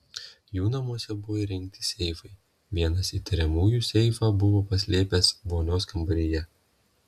jų namuose buvo įrengti seifai vienas įtariamųjų seifą buvo paslėpęs vonios kambaryje